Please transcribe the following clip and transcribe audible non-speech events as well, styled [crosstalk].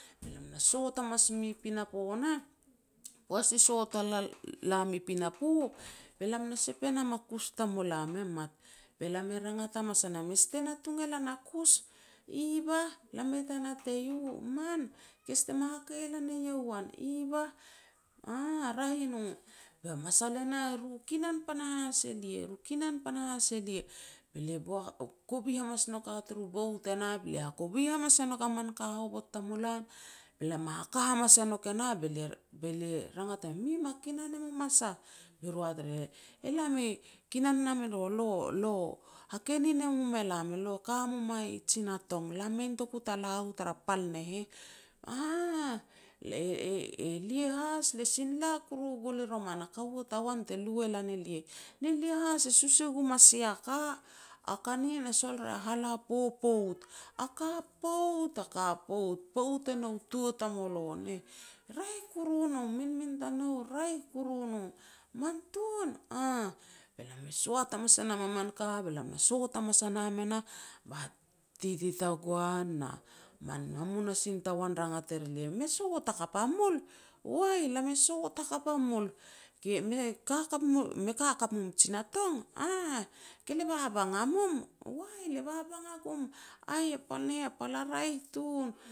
be lam na soat hamas mui pinapo nah, poaj ti sot wal a lam i pinapo nah be lam na sep e nam a kus tamulam e mat, be lam e rangat hamas a nam, be lam e rangat hamas a nam, "E seh te natung e lan a kus", "Evah, lam mei ta natei u", "Man, ke si te me hakei e lan eiau wan", "Evah", "Aah, raeh i no." Ba masal e nah, ru kinan panahas elia, kinan panahas elia, be lia [hesitation] kovi hamas nouk a turu bout e nah, be lia hakovi hamas e nouk a min ka hovot tamulam, be lia me haka hamas e nouk e nah, be lia [hesitation] rangat a nouk, "Mi me kinan e mum a sah?", be ru e hat ar e heh, "Elam e kinan nam elo, [hesitation] lo e hakenin e mum elam, elo e ka mum ai tsina tong. Lam mei notoku ta la u tara pal ne heh", "Aah, [hesitation] elia has le sin la kuru gul i roman, a kaua tagoan te lu e lan elia, ne lia has e sus e gum a sia ka, a ka nien e sol ria hala popout. A ka pout, a ka pout, pout e nou tua tamulo, ne raeh kuru no, minmin tanou e raeh kuru no." "Man tun", "Aah." Be lam e soat hamas e nam a min ka, be lam e sot hamas a nam e nah, ba titi tagoan na min hamunasin tagoan rangat er elia", "Me sot hakap a mul?" "Wei, lam e sot hakap a mul", "Ke [hesitation] me ka hakap mum i tsina tong?" "Aah", "Ke le babang a gum", "Wai, le babang a gum, aih, a pal ne heh a pal a raeh tun